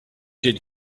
did